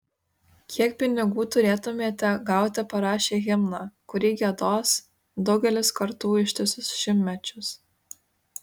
kiek pinigų turėtumėte gauti parašę himną kurį giedos daugelis kartų ištisus šimtmečius